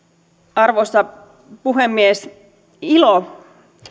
arvoisa puhemies ilo